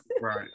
right